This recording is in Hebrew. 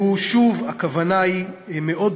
שוב, הכוונה היא מאוד ברורה: